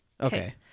Okay